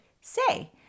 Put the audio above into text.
say